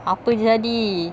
apa terjadi